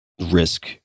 Risk